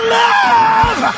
love